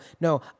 no